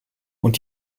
und